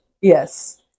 Yes